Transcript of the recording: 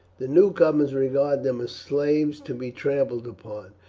the newcomers regard them as slaves to be trampled upon,